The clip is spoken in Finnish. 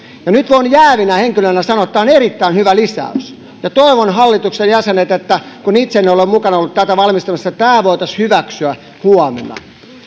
nyt voin jäävinä henkilönä sanoa että tämä on erittäin hyvä lisäys ja toivon hallituksen jäsenet kun itse en ole ollut mukana tätä valmistelemassa että tämä voitaisiin hyväksyä huomenna